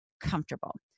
comfortable